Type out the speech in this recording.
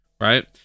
right